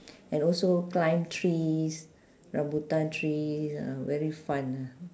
and also climb trees rambutan trees uh very fun ah